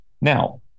Now